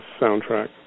soundtrack